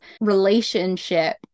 relationship